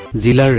zero